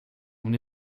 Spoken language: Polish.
mnie